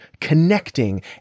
connecting